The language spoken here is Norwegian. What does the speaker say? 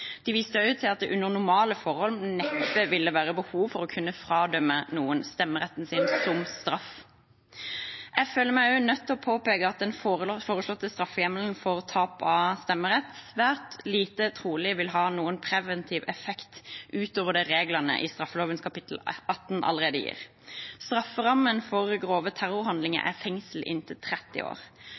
De viste også til at det under normale forhold neppe ville være behov for å kunne fradømme noen stemmeretten som straff. Jeg føler meg også nødt til å påpeke at det er svært lite trolig at den foreslåtte straffehjemmelen for tap av stemmerett vil ha noen preventiv effekt utover det reglene i straffeloven kapittel 18 allerede gir. Strafferammen for grove terrorhandlinger er fengsel inntil 30 år.